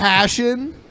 passion